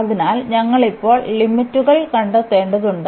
അതിനാൽ ഞങ്ങൾ ഇപ്പോൾ ലിമിറ്റുകൾ കണ്ടെത്തേണ്ടതുണ്ട്